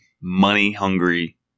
money-hungry